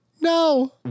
No